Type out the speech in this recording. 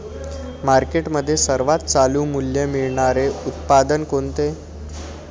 मार्केटमध्ये सर्वात चालू मूल्य मिळणारे उत्पादन कोणते?